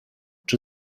czy